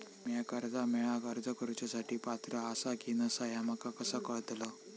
म्या कर्जा मेळाक अर्ज करुच्या साठी पात्र आसा की नसा ह्या माका कसा कळतल?